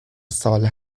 سال